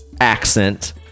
accent